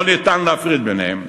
לא ניתן להפריד ביניהן.